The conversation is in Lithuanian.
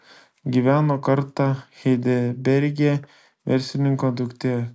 gyveno kartą heidelberge verslininko duktė